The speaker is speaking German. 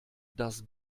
dass